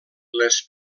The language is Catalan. les